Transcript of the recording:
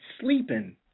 sleeping